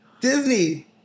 Disney